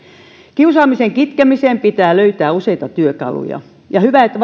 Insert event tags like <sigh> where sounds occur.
kiusaamisen kitkemiseen pitää löytää useita työkaluja on hyvä että <unintelligible>